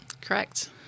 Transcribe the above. Correct